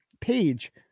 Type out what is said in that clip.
page